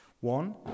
One